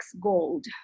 Gold